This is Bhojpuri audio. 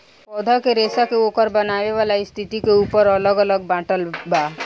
पौधा के रेसा के ओकर बनेवाला स्थिति के ऊपर अलग अलग बाटल बा